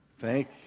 Thank